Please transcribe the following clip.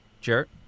Jarrett